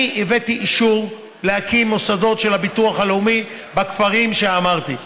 אני הבאתי אישור להקים מוסדות של הביטוח לאומי בכפרים שאמרתי.